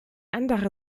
andere